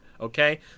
okay